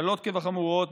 קלות כחמורות,